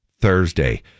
Thursday